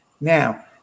Now